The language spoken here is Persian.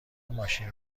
ماشین